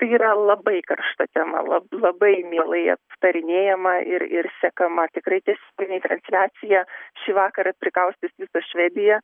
tai yra labai karšta tema la labai mielai aptarinėjama ir ir sekama tikrai tiesioginė transliacija šį vakarą prikaustys visą švediją